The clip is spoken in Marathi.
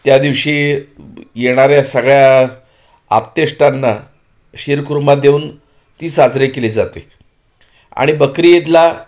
त्या दिवशी येणाऱ्या सगळ्या आप्तेष्टांना शीरखुरमा देऊन ती साजरी केली जाते आणि बकरी ईदला